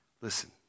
Listen